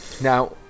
now